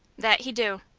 that he do.